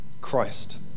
Christ